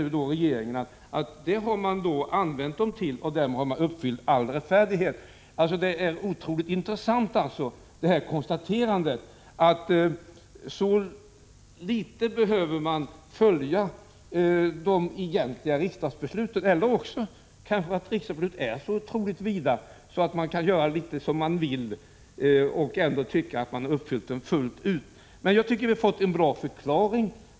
Nu anser regeringen att till detta har man använt pengarna och därmed uppfyllt all rättfärdighet. Det är ett otroligt intressant konstaterande, att man behöver följa det egentliga riksdagsbeslutet så litet — eller också kanske riksdagsbesluten är så otroligt vida att man kan göra litet som man vill och ändå tycka att man uppfyllt dem fullt ut. Men jag tycker att vi har fått en bra förklaring.